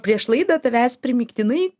prieš laidą tavęs primygtinai